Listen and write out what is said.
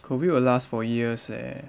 COVID will last for years eh